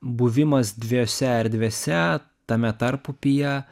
buvimas dviejose erdvėse tame tarpupyje